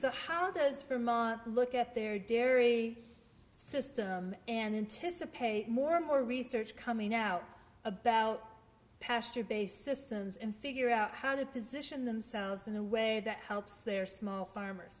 so how does it look at their dairy system and intice a pay more and more research coming out about pasture based systems and figure out how to position themselves in a way that helps their small farmers